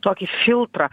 tokį filtrą